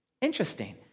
Interesting